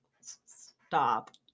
Stop